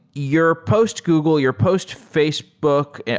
your post-google, your post-facebook,